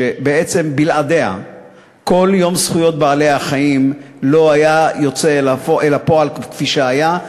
שבעצם בלעדיה כל יום זכויות בעלי-החיים לא היה יוצא אל הפועל כפי שהיה.